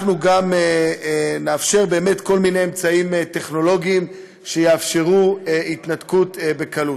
אנחנו גם נאפשר באמת כל מיני אמצעים טכנולוגיים שיאפשרו התנתקות בקלות.